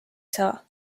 saa